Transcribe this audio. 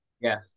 Yes